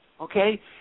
okay